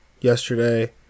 yesterday